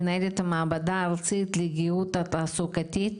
מנהלת המעבדה הארצית לגהות תעסוקתית,